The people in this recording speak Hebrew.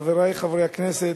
חברי חברי הכנסת,